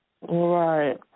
Right